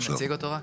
אני אציג אותו רק?